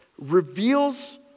reveals